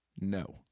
No